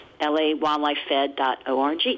lawildlifefed.org